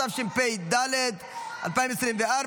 התשפ"ד 2024,